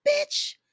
Bitch